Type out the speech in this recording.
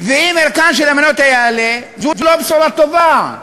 ואם ערכן של המניות יעלה, זו לא בשורה טובה.